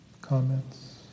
comments